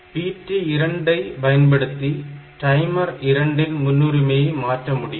PT2 ஐ பயன்படுத்தி timer 2 இன் முன்னுரிமையை மாற்றமுடியும்